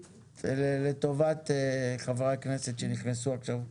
לטובת חברי הכנסת שנכנסו עכשיו,